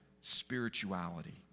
spirituality